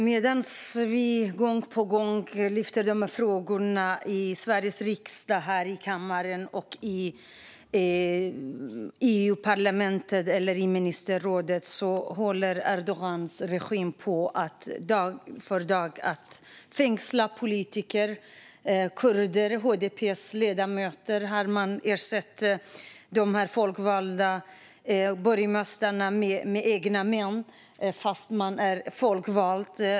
Medan vi gång på gång tar upp dessa frågor i Sveriges riksdag och i EU-parlamentet eller i ministerrådet fortsätter Erdogans regim att dagligen fängsla politiker och kurder. HDP:s folkvalda ledamöter och borgmästare har man ersatt med egna män fastän de är folkvalda.